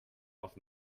auf